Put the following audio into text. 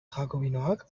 jakobinoak